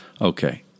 Okay